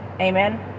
Amen